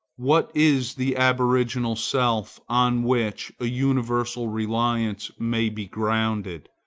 what is the aboriginal self, on which a universal reliance may be grounded?